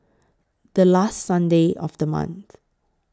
The last Sunday of The month